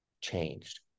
changed